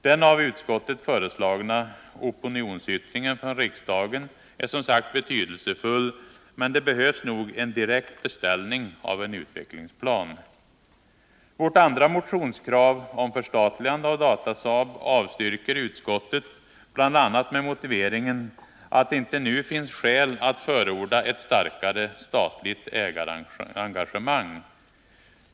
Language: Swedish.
Den av utskottet föreslagna opinionsyttringen från riksdagen är som sagt betydelsefull, men det behövs nog en direkt beställning av en utvecklingsplan. Vårt andra motionskrav om förstatligande av Datasaab avstyrker utskottet bl.a. med motiveringen att det inte nu finns skäl att förorda ett starkare statligt ägarengagemang.